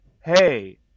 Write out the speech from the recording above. hey